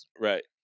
Right